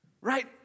Right